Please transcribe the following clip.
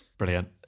brilliant